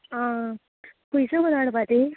आं खंय साकून हाडपा ती